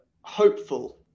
hopeful